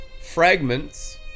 fragments